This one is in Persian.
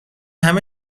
همه